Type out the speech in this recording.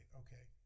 okay